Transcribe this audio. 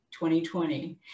2020